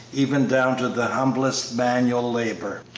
even down to the humblest manual labor.